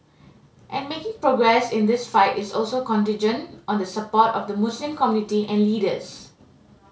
and making progress in this fight is also contingent on the support of the Muslim community and leaders